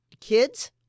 Kids